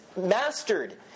mastered